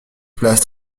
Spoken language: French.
place